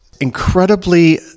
incredibly